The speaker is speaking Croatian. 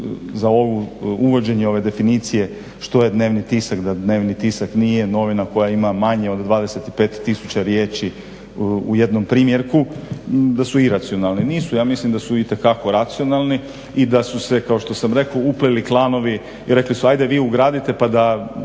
za uvođenje ove definicije što je dnevni tisak, da dnevni tisak nije novina koja ima manje od 25 tisuća riječi u jednom primjerku, da su iracionalne. Nisu, ja mislim da su itekako racionalni i da su se kao što sam rekao upleli klanovi i rekli su ajde vi ugradite pa da